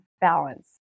balance